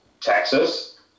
Texas